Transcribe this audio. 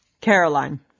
Caroline